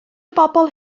bobl